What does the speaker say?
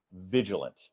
vigilant